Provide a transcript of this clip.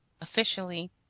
officially